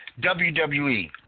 WWE